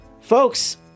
Folks